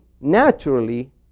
naturally